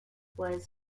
was